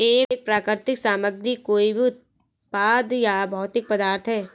एक प्राकृतिक सामग्री कोई भी उत्पाद या भौतिक पदार्थ है